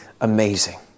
amazing